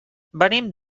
venim